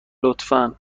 لطفا